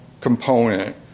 component